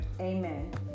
Amen